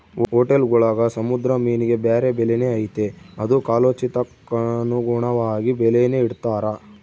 ಹೊಟೇಲ್ಗುಳಾಗ ಸಮುದ್ರ ಮೀನಿಗೆ ಬ್ಯಾರೆ ಬೆಲೆನೇ ಐತೆ ಅದು ಕಾಲೋಚಿತಕ್ಕನುಗುಣವಾಗಿ ಬೆಲೇನ ಇಡ್ತಾರ